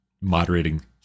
moderating